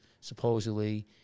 supposedly